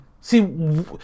see